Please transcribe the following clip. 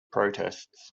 protests